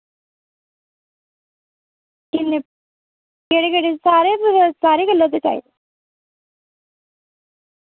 किन्ने केह्ड़े केह्ड़े सारे सारे कलर दे चाहिदे